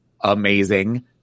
amazing